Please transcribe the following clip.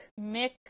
Mick